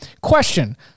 question